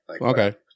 Okay